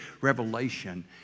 revelation